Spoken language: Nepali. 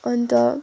अन्त